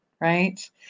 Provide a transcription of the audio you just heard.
Right